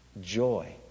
Joy